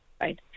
right